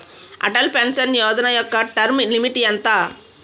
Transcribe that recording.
Atal pension Yojana యెక్క term limit ఎంత?